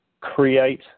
create